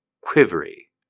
quivery